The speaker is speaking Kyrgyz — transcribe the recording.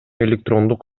электрондук